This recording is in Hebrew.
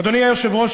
אדוני היושב-ראש,